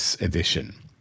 edition